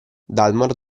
dalmor